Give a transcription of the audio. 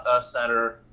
center